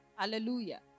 Hallelujah